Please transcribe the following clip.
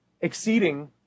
exceeding